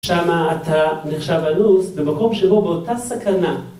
שמה אתה נחשב על לוז במקום שהוא באותה סכנה.